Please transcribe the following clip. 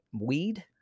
weed